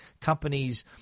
companies